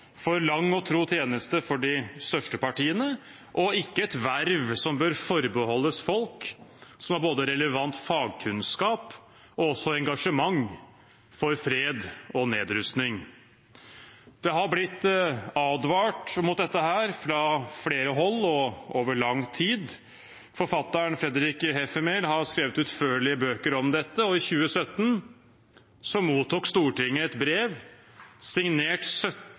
for lang og tro tjeneste for de største partiene, og ikke et verv som bør forbeholdes folk som har både relevant fagkunnskap og også engasjement for fred og nedrustning. Det er blitt advart mot dette fra flere hold og over lang tid. Forfatteren Fredrik S. Heffermehl har skrevet utførlige bøker om dette, og i 2017 mottok Stortinget et brev signert